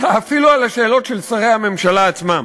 אלא אפילו על השאלות של שרי הממשלה עצמם.